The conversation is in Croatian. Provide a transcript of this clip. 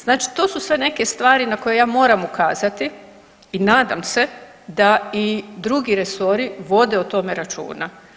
Znači to su sve neke stvari na koje ja moram ukazati i nadam se da i drugi resori vode o tome računa.